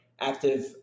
active